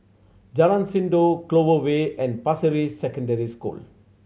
Jalan Sindor Clover Way and Pasir Ris Secondary School